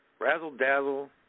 Razzle-dazzle